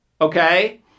Okay